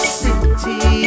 city